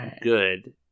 good